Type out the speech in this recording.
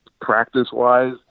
practice-wise